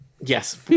Yes